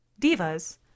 Divas